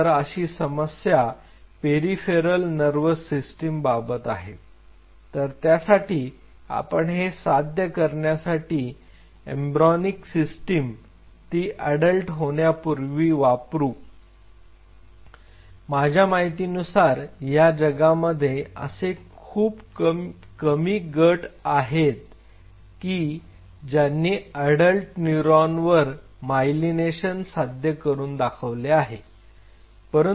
तर अशी समस्या पेरिफेरल नर्वस सिस्टिम बाबत आहे तर त्यासाठी आपण हे साध्य करण्यासाठी एम्ब्र्योनिक सिस्टिम ती अडल्ट होण्यापूर्वी वापरू माझ्या माहितीनुसार या जगामध्ये असे खूप कमी गट आहेत की ज्यांनी अडल्ट न्यूरॉनवर मायलिनेशन साध्य करून दाखवले आहे